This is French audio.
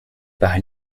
par